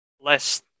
less